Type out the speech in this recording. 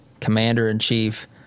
commander-in-chief